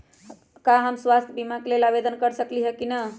का हम स्वास्थ्य बीमा के लेल आवेदन कर सकली ह की न?